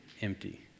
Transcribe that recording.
empty